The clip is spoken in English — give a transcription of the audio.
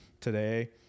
today